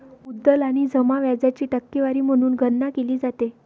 मुद्दल आणि जमा व्याजाची टक्केवारी म्हणून गणना केली जाते